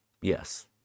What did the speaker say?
Yes